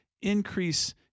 increase